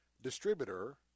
distributor